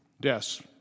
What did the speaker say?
deaths